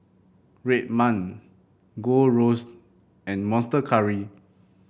Red Man Gold Roast and Monster Curry